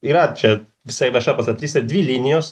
yra čia visai vieša paslaptis yra dvi linijos